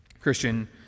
Christian